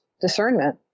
discernment